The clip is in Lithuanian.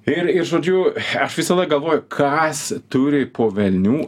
ir žodžiu aš visada galvoju kas turi po velnių